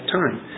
time